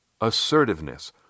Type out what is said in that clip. assertiveness